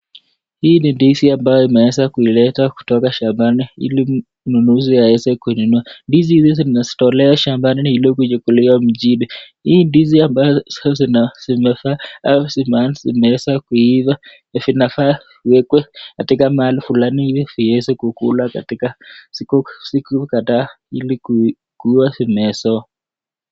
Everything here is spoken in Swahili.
Hii ni ndizi ambaye ameweza kuleta kutoka shambani ili mnunuzi aweze kuinunua. Ndizi hizi zimetolewa shambani ili ziweze kuja kuliwa mjini . Hii ndizi ambazo zimefaa ama zimeanza kuiva zinafaa ziwekwe katika mahali fulani ili ziweze kukula katika siku kadhaa ili zinaonaeza oza.